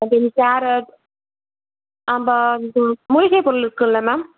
அப்புறம் கேரட் நம்ப இது மூலிகை பொருள் இருக்குதுல்ல மேம்